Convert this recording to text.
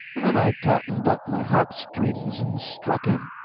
and then i tautened up my harp-strings and struck in.